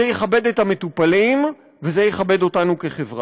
זה יכבד את המטופלים וזה יכבד אותנו כחברה.